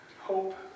hope